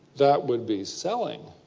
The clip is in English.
that would be selling.